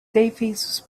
davies